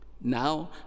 Now